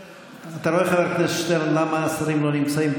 אתה רואה, חבר הכנסת שטרן, למה השרים לא נמצאים.